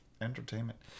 entertainment